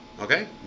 okay